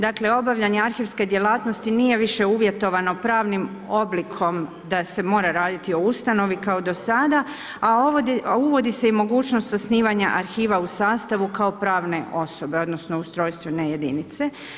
Dakle, obavljanje arhivske djelatnosti nije više uvjetovano pravnim oblikom da se mora raditi o ustanovi do sada, a uvodi se i mogućnost osnivanja arhiva u sastavu kao pravne osobe, odnosno ustrojstvene jedinice.